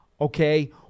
okay